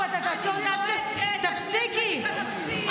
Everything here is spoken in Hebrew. מירב בן ארי (יש עתיד): זה לא יעזור אם תצעקי עליי.